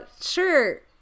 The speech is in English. sure